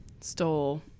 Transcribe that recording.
stole